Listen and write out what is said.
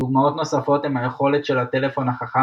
דוגמאות נוספות הם היכולת של הטלפון החכם